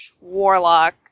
warlock